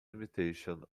imitation